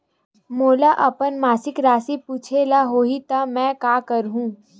मोला अपन मासिक राशि पूछे ल होही त मैं का करहु?